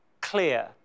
clear